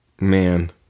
Man